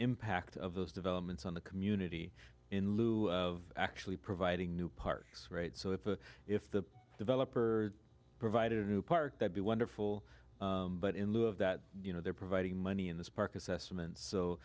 impact of those developments on the community in lieu of actually providing new parks right so that if the developer provided a new park that be wonderful but in lieu of that you know they're providing money in this park assessment so